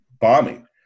bombing